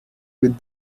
with